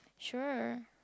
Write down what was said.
sure